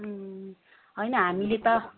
होइन हामीले त